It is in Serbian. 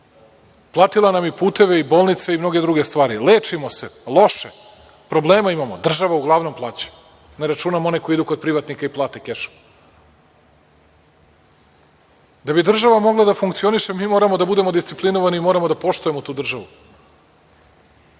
Platila nam i puteve i bolnice i mnoge druge stvari. Lečimo se loše. Probleme imamo, država uglavnom plaća. Ne računam one koji idu kod privatnika i plate kešom. Da bi država mogla da funkcioniše, mi moramo da budemo disciplinovani i moramo da poštujemo tu državu.